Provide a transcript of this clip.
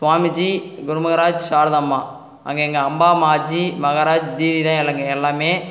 சுவாமிஜி குருமஹராஜ் சாரதாம்மாள் அங்கே எங்கே அம்மா மாஜ்ஜி மஹராஜ் ஜீவி தான் எனக்கு எல்லாமே